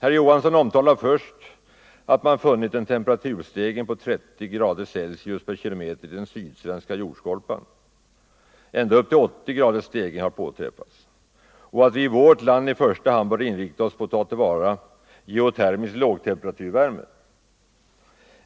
Herr Johansson ömtalar först att man funnit en temperatur Måndagen den stegring på 30 grader per kilometer vid borrningar i den sydsvenska jord 9 december 1974 skorpan — en stegring har kunnat påvisas på ända upp till 80 grader LL — och att vi i vårt land i första hand bör inrikta oss på att ta till vara - Om användning av geotermisk lågtemperaturvärme.